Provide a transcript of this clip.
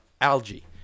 algae